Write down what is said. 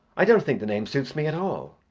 i don't think the name suits me at all.